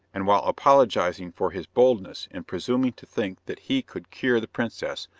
and while apologising for his boldness in presuming to think that he could cure the princess,